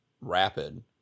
rapid